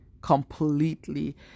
completely